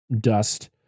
dust